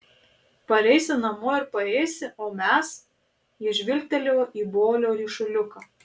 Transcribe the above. pareisi namo ir paėsi o mes jis žvilgtelėjo į bolio ryšuliuką